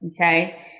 okay